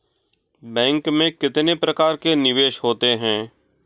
Bank में कितने प्रकार के निवेश होते हैं?